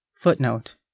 Footnote